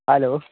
hello